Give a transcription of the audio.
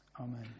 Amen